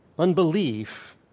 unbelief